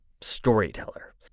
storyteller